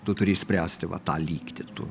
tu turi išspręsti va tą lygtį tu